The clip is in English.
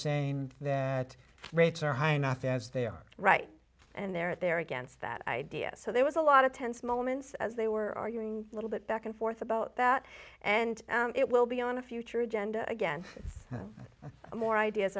saying that rates are high enough as they are right and they're at they're against that idea so there was a lot of tense moments as they were arguing a little bit back and forth about that and it will be on a future agenda again more ideas